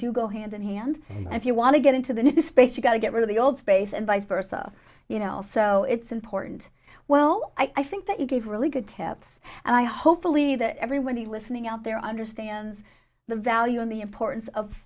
do go hand in hand and if you want to get into the new space you got to get rid of the old space and vice versa you know also it's important well i think that you gave really good tips and i hopefully that everyone the listening out there understands the value of the importance of